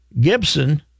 Gibson